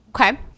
Okay